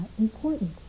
important